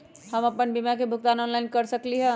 हम अपन बीमा के भुगतान ऑनलाइन कर सकली ह?